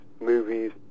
movies